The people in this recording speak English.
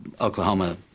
Oklahoma